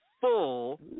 full